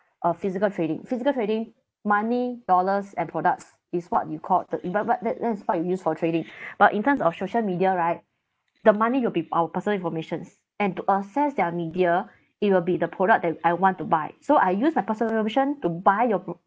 a physical trading physical trading money dollars and products is what you called the but but that that's what you use for trading but in terms of social media right the money will be our personal informations and to access their media it will be the product that I want to buy so I use my personal information to buy your pro~